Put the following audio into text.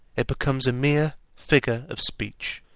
it becomes a mere figure of speech.